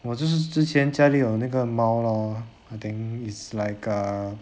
我就是之前家里有那个猫 lor I think is like a